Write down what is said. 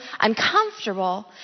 uncomfortable